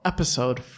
Episode